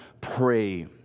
pray